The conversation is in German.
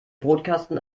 brotkasten